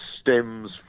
stems